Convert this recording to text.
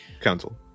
council